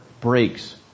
breaks